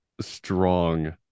strong